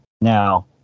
Now